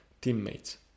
teammates